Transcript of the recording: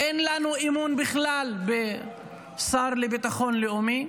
אין לנו אמון בכלל בשר לביטחון לאומי.